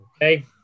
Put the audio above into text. Okay